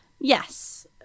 Yes